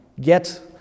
get